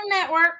network